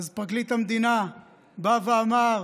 אז פרקליט המדינה בא ואמר: